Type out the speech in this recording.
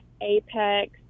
Apex